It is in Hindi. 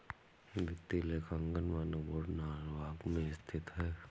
वित्तीय लेखांकन मानक बोर्ड नॉरवॉक में स्थित है